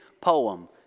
poem